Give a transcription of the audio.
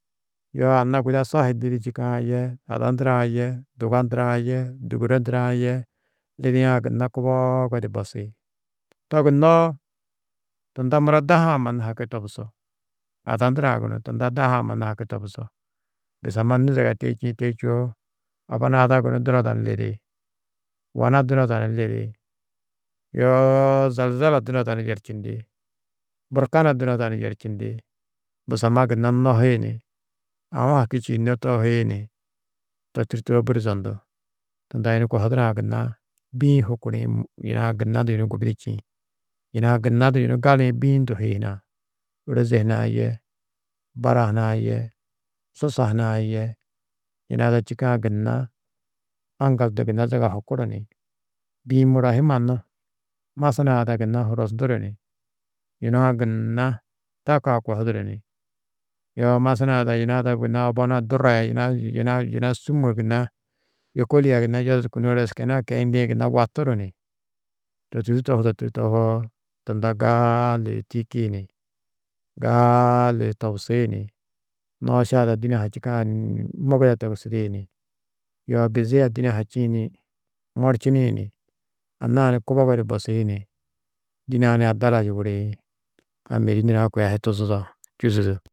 Yoo anna guda sohi lîdi čîkã yê, ada ndurã yê duga ndurã yê dûguro ndurã yê lidiã gunna kubogo di bosi, to gunnoó tunda mura daha-ã mannu haki tobusú, ada ndurã gunú tunda daha-ã mannu haki tobusú, busamma nû zaga teî čîĩ teî čûwo, obona ada gunú, dunada ni lidi, wana dunada ni lidi, yoo zalzala dunada ni yerčindi, burkana dunada ni yerčindi, busamma gunna nohi ni, aũ haki čîinnó tohi ni, to tûrtoo budi zondu, tunda yunu kohudurã gunna bî-ĩ hukurĩ, yuna-ã gunna du yunu gubudi čîĩ; yuna-ã gunna du yunu gali-ĩ, bî-ĩ nduhui hunã, ôroze hunã yê, bara hunã yê, susa hunã yê, yuna-ã ada čîkã gunna aŋgal du gunna zaga hukuru ni, bî-ĩ muro hi mannu masnaa ada gunna hurosnduru ni, yuna-ã gunna takaa kohuduru ni, yoo masnaa ada yina ada gunna obonu durra-ã yê yuna-ã yuna-ã sûmo gunna yôkolia gunna yodurku ni ôro êskenu-ã keyindĩ gunna waturu ni, to tûrtu tohudo tûrtu tohoo tunda gali di tîyiki ni, gali di tobusi ni, nooša ada dîne-ã ha čîkã ni môgoda togusidi ni, yoo bizi a dîne-ã čîĩ ni morčini ni, anna-ã ni kubogo di bosi, dîne-ã ni adala yuguri ni a mêdi nurã kô i a hi tuzudo.